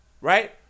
right